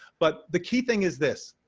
but the key thing is this